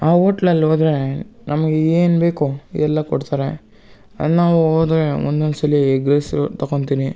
ಆ ಓಟ್ಲಲ್ಲಿ ಹೋದ್ರೆ ನಮ್ಗೆ ಏನು ಬೇಕು ಎಲ್ಲ ಕೊಡ್ತಾರೆ ಅಲ್ಲಿ ನಾವು ಹೋದ್ರೆ ಒಂದೊಂದು ಸಲ ಎಗ್ ರೈಸು ತಕೊತಿನಿ